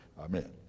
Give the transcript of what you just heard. Amen